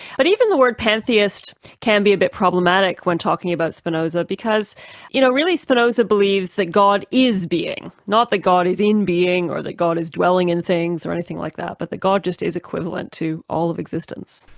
but even the word pantheist can be a bit problematic when talking about spinoza, because you know really spinoza believes that god is being, not that god is in being, or that god is dwelling in things, or anything like that, but that god just is equivalent to all of existence.